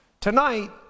tonight